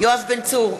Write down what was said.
יואב בן צור,